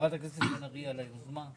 חברת הכנסת בן ארי, על היוזמה.